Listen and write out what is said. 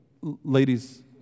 ladies